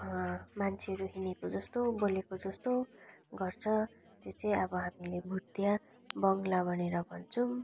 मान्छेहरू हिँडेको जस्तो बोलेको जस्तो गर्छ त्यो चाहिँ अब हामीले भुतिया बङलो भनेर भन्छौँ